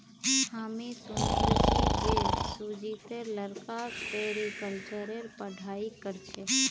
हामी सुनिल छि जे सुजीतेर लड़का सेरीकल्चरेर पढ़ाई कर छेक